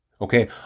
okay